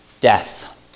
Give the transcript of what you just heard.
Death